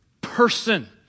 person